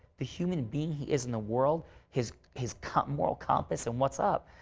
the human being he is in the world his his common moral compass and what's up.